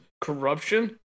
corruption